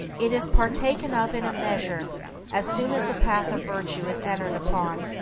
it is partaken of in a measure as soon as the path of virtue is entered upon,